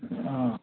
অ'